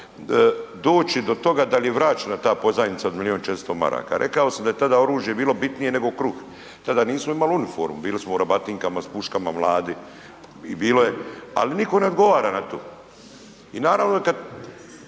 doći do toga da li je vraćena ta pozajmica od milion i 400 maraka. Rekao da je tada oružje bilo bitnije nego kruh, tada nismo imali uniformu bili smo u rabatinkama s puškama mladi i bilo je, ali nitko ne odgovara na to. I naravno kad